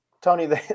Tony